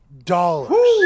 dollars